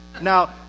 now